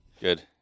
Good